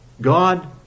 God